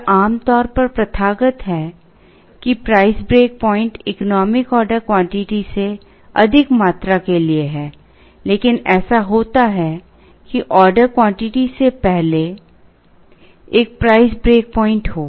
यह आम तौर पर प्रथागत है कि price break point economic order quantity से अधिक मात्रा के लिए हैं लेकिन ऐसा होता है कि OQ से पहले एक प्राइस ब्रेक प्वाइंट हो